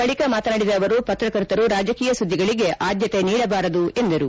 ಬಳಿಕ ಮಾತನಾಡಿದ ಅವರು ಪಕ್ರಕರ್ತರು ರಾಜಕೀಯ ಸುದ್ದಿಗಳಿಗೆ ಆದ್ಯತೆ ನೀಡಬಾರದು ಎಂದರು